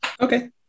Okay